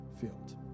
field